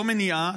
לא מניעה,